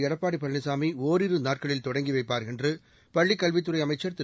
எடப்பாடி பழனிசாமி ஒரிரு நாட்களில் தொடங்கி வைப்பார் என்று பள்ளிக்கல்வித்துறை அமைச்சர் திரு